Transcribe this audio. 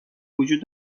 وجود